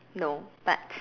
no but